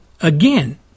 again